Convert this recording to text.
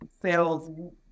sales